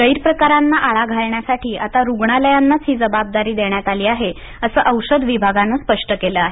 गैरप्रकारांना आळा घालण्यासाठी आता रुग्णालयांनाच ही जबाबदारी देण्यात आली आहे असं औषध विभागानं स्पष्ट केलं आहे